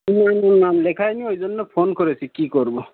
ও নাম লেখাই নি ওই জন্য ফোন করেছি কী করবো